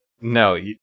No